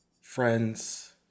friends